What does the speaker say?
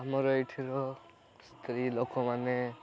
ଆମର ଏଠିର ସ୍ତ୍ରୀ ଲୋକମାନେ